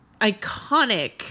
iconic